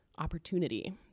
opportunity